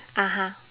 (uh huh)